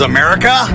America